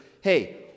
hey